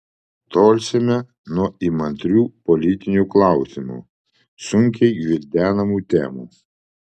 tolsime nuo įmantrių politinių klausimų sunkiai gvildenamų temų